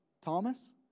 Thomas